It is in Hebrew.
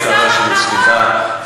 סליחה,